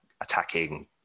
attacking